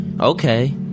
Okay